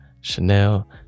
Chanel